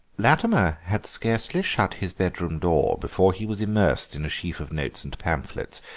latimer had scarcely shut his bedroom door before he was immersed in a sheaf of notes and pamphlets,